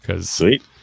Sweet